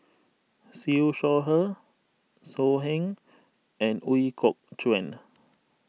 Siew Shaw Her So Heng and Ooi Kok Chuen